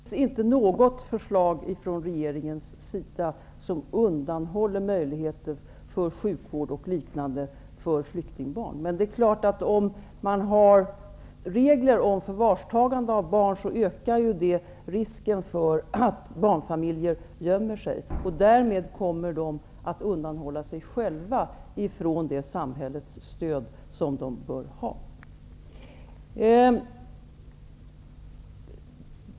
Herr talman! Det finns inte något förslag från regeringens sida som undanhåller möjligheter för sjukvård och liknande för flyktingbarn. Men om det finns regler för förvarstagande av barn, ökar det risken för att barnfamiljer gömmer sig. Därmed undanhåller de sig själva från det samhällets stöd som de bör ha.